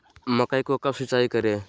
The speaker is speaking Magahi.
मकई को कब सिंचाई करे?